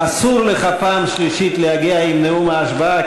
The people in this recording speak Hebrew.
אסור לך פעם שלישית להגיע עם נאום ההשבעה,